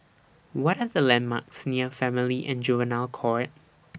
What Are The landmarks near Family and Juvenile Court